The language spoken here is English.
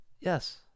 Yes